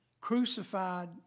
crucified